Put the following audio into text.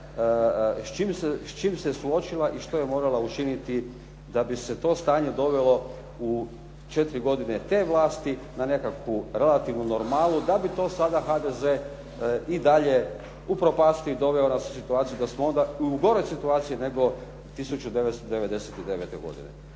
s čim se suočila i što je morala učiniti da bi se to stanje dovelo u 4 godine te vlasti na nekakvu relativnu normalu, da bi to sada HDZ i dalje upropastio i doveo nas u situaciju da smo onda u goroj situaciji nego 1999. godine.